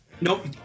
nope